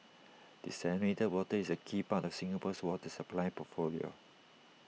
desalinated water is A key part of Singapore's water supply portfolio